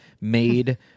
made